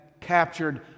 captured